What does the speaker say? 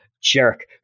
jerk